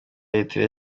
eritrea